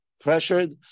pressured